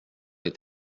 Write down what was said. est